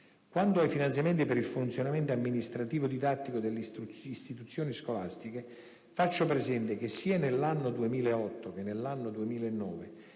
Quanto ai finanziamenti per il funzionamento amministrativo-didattico delle istituzioni scolastiche, faccio presente che sia nell'anno 2008, che nell'anno 2009